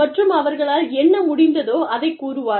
மற்றும் அவர்களால் என்ன முடிந்ததோ அதைக் கூறுவார்கள்